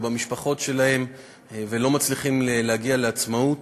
במשפחות שלהם ולא מצליחים להגיע לעצמאות.